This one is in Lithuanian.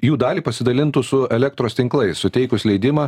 jų dalį pasidalintų su elektros tinklai suteikus leidimą